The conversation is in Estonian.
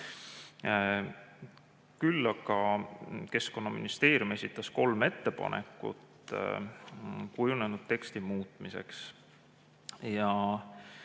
Küll aga Keskkonnaministeerium esitas kolm ettepanekut kujunenud teksti muutmiseks.